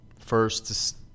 first